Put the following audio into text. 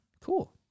Cool